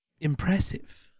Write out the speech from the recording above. impressive